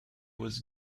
was